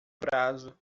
prazo